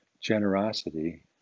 generosity